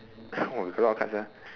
oh we got a lot of cards ah